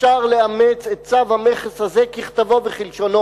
אפשר לאמץ את צו המכס הזה ככתבו וכלשונו,